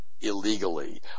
illegally